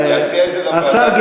אפשר להציע את זה לוועדה הציבורית,